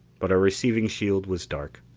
but our receiving shield was dark,